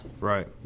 Right